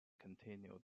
continued